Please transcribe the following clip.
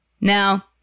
Now